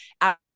out